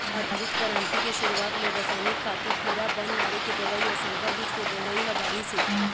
हरित करांति के सुरूवात ले रसइनिक खातू, कीरा बन मारे के दवई अउ संकर बीज के बउरई ह बाढ़िस हे